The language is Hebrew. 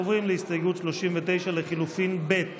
עוברים להסתייגות 39 לחלופין ב'